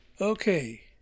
Okay